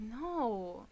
No